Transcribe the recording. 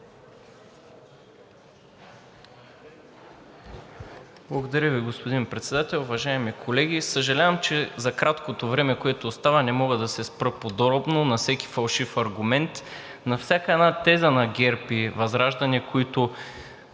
Благодаря Ви, господин Председател. Уважаеми колеги! Съжалявам, че за краткото време, което остава, не мога да се спра подробно на всеки фалшив аргумент, на всяка една теза на ГЕРБ и ВЪЗРАЖДАНЕ, които